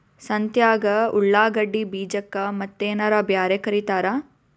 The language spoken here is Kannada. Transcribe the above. ಸಂತ್ಯಾಗ ಉಳ್ಳಾಗಡ್ಡಿ ಬೀಜಕ್ಕ ಮತ್ತೇನರ ಬ್ಯಾರೆ ಕರಿತಾರ?